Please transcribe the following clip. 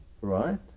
Right